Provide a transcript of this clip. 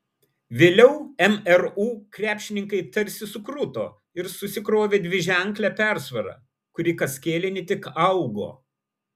vėliau mru krepšininkai tarsi sukruto ir susikrovė dviženklę persvarą kuri kas kėlinį tik augo